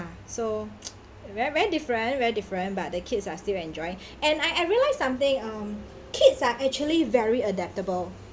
so very very different very different but the kids are still enjoy and I I realise something um kids are actually very adaptable